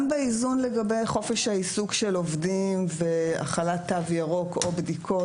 גם באיזון לגבי חופש העיסוק של עובדים והחלת תו ירוק או בדיקות,